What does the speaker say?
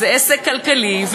וזה עסק כלכלי,